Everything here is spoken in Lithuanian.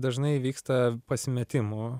dažnai vyksta pasimetimų